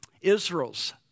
Israel's